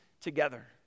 together